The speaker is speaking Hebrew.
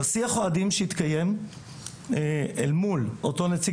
בשיח אוהדים שהתקיים אל מול אותו נציג